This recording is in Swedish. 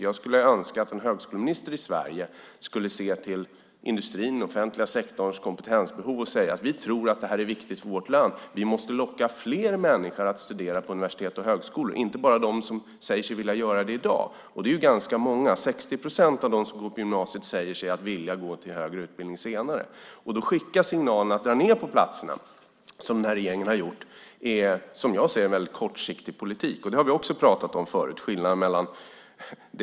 Jag skulle önska att en högskoleminister i Sverige skulle se till industrins och den offentliga sektorns kompetensbehov och säga att vi tror att det här är viktigt för vårt land, att vi måste locka fler människor att studera på universitet och högskolor. Det handlar inte bara om dem som säger sig vilja göra det i dag. Det är ganska många. 60 procent av dem som går på gymnasiet säger sig vilja gå till högre utbildning senare. Att dra ned på platserna som den här regeringen har gjort är, som jag ser det, en väldigt kortsiktig politik. Det har vi också pratat om förut.